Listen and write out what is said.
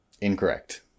Incorrect